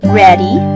ready